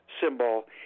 symbol